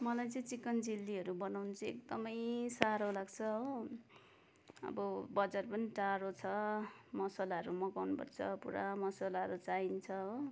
मलाई चाहिँ चिकन चिल्लीहरू बनाउनु चाहिँ एकदमै साह्रो लाग्छ हो अब बजार पनि टाढो छ मसालाहरू मगाउनुपर्छ पुरा मसालाहरू चाहिन्छ हो